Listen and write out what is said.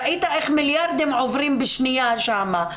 ראית איך מיליארדים עוברים בשניה שם,